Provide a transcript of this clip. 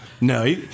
No